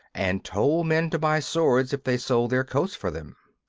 and told men to buy swords if they sold their coats for them.